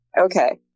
Okay